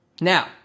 Now